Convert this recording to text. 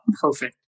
perfect